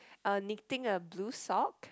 uh knitting a blue sock